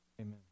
Amen